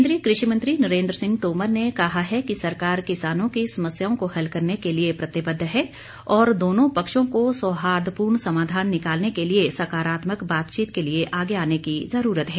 केन्द्रीय कृषि मंत्री नरेंद्र सिंह तोमर ने कहा है कि सरकार किसानों की समस्याओं को हल करने के लिए प्रतिबद्ध है और दोनों पक्षों को सौहार्दपूर्ण समाधान निकालने के लिए सकारात्मक बातचीत के लिए आगे आने की जरूरत है